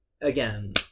Again